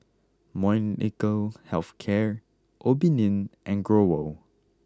Molnylcke health care Obimin and Growell